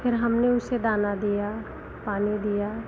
फिर हमने उसे दाना दिया पानी दिया